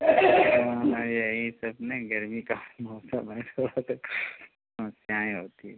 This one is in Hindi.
हाँ हाँ यही सब ना गर्मी का मौसम है तो सब समस्याएँ होती हैं